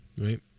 Right